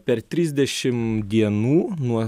per trisdešim dienų nuo